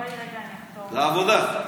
לעבודה.